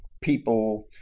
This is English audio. people